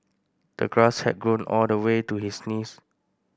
the grass had grown all the way to his knees